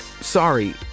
Sorry